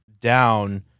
down